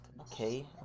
okay